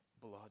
blood